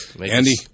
Andy